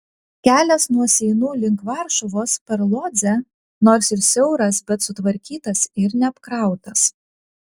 kelias nuo seinų link varšuvos per lodzę nors ir siauras bet sutvarkytas ir neapkrautas